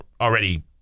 already